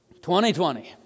2020